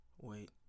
Wait